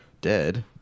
dead